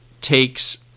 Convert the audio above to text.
takes